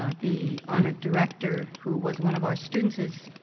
the honored director who was one of our students has